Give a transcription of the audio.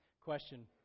question